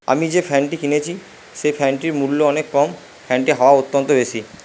আমি যে ফ্যানটি কিনেছি সেই ফ্যানটির মূল্য অনেক কম ফ্যানটির হাওয়া অত্যন্ত বেশি